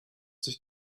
sich